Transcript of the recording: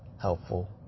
helpful